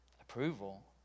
approval